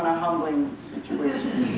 humbling situation,